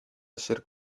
essere